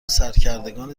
سرکردگان